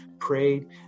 prayed